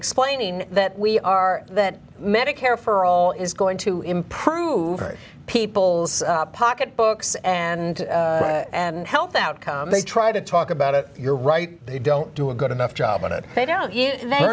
explaining that we are that medicare for all is going to improve people's pocketbooks and and health outcomes they try to talk about it you're right they don't do a good enough job on it they don't